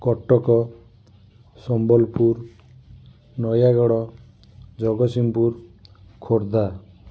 Cuttack Sambalpur Nayagarh Jagatsinghpur Khordha